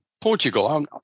Portugal